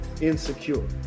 Insecure